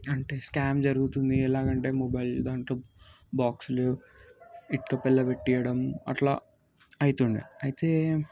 అంటే స్కామ్ జరుగుతుంది ఎలాగంటే మొబైల్ దాంట్లో బాక్సులు ఇటుకలు పెట్టియ్యడం అట్లా అయితుండే అయితే